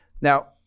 Now